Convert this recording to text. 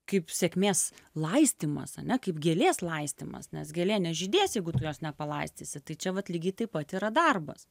kaip sėkmės laistymas ane kaip gėlės laistymas nes gėlė nežydės jeigu tu jos nepalaistysi tai čia vat lygiai taip pat yra darbas